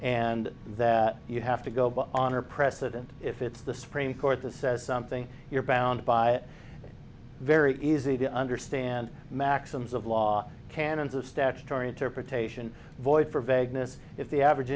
and that you have to go by on or precedent if it's the supreme court to says something you're bound by very easy to understand maxims of law canons of statutory interpretation void for vagueness if the average